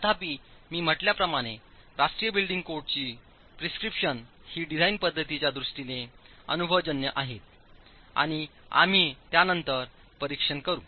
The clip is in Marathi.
तथापि मी म्हटल्याप्रमाणे राष्ट्रीय बिल्डिंग कोडची प्रिस्क्रिप्शन ही डिझाइन पध्दतीच्या दृष्टीने अनुभवजन्य आहेत आणि आम्ही त्यानंतर परीक्षण करू